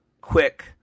quick